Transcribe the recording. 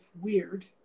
weird